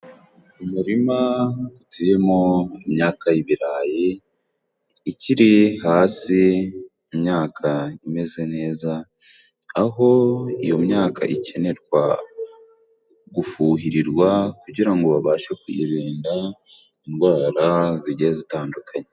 Umurima uteyemo imyaka y'ibirayi ikiri hasi, imyaka imeze neza aho iyo myaka ikenerwa gufuhirirwa kugira ngo babashe kuyirinda indwara zigiye zitandukanye.